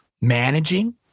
managing